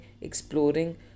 exploring